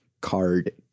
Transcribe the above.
card